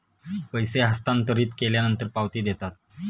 पैसे हस्तांतरित केल्यानंतर पावती देतात